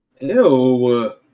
Ew